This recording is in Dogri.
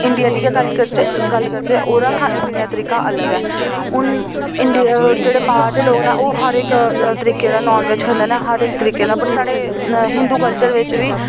इंडिया दी गै गल्ल करचै ओह्दा खाने पीने दा तरीका अलग ऐ हून इंडिया जेह्ड़े बाह्र दे लोग न ओह् हर इक तरीके दा नानवेज खंदे न हर इक तरीके दा पर साढ़े हिंदू कल्चर बिच्च बी